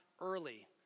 early